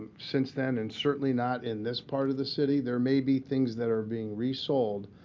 since then, and certainly not in this part of the city. there may be things that are being resold,